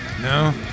No